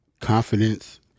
confidence